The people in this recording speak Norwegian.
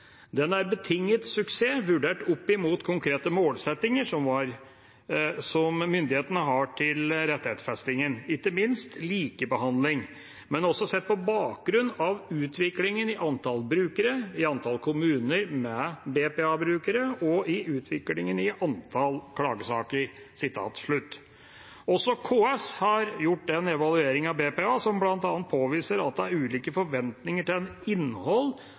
Den er en betinget suksess vurdert opp imot konkrete målsettinger som myndighetene har til rettighetsfestingen, ikke minst til likebehandling, men også sett på bakgrunn av utviklingen i antall brukere, i antall kommuner med BPA-brukere og utviklingen i antall klagesaker.» Også KS har gjort en evaluering av BPA, som bl.a. påviser at det er ulike forventninger til innhold